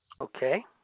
Okay